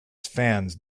fans